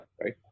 right